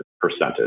percentage